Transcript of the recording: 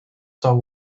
zou